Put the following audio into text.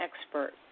expert